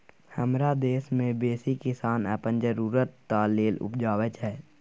हमरा देश मे बेसी किसान अपन जरुरत टा लेल उपजाबै छै